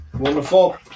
wonderful